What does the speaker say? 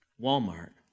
Walmart